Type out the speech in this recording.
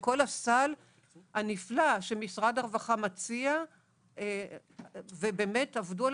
בכל הסל הנפלא שמשרד הרווחה מציע ובאמת עבדו על